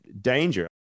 danger